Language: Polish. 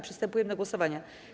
Przystępujemy do głosowania.